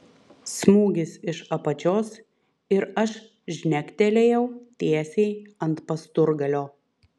smūgis iš apačios ir aš žnektelėjau tiesiai ant pasturgalio